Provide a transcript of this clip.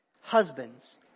Husbands